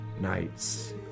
nights